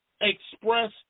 express